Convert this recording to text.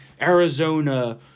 Arizona